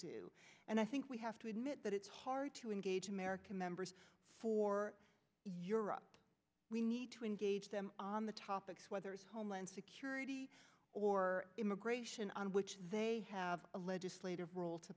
do and i think we have to admit that it's hard to engage american members for europe we need to engage them on the topics whether security or immigration on which they have a legislative role to